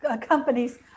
companies